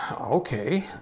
okay